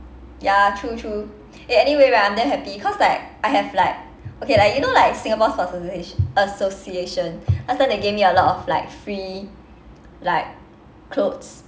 ya true true eh anyway right I'm damn happy cause like I have like okay like you know like singapore sports associa~ association last time they gave me a lot of like free like clothes